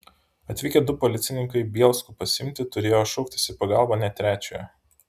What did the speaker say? atvykę du policininkai bielskų pasiimti turėjo šauktis į pagalbą net trečiojo